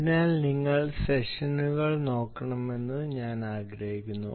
അതിനാൽ നിങ്ങൾ സെഷനുകൾ നോക്കണമെന്ന് ഞാൻ ആഗ്രഹിക്കുന്നു